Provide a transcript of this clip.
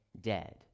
dead